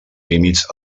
límits